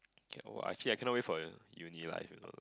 K oh I actually cannot wait for uni lah if you know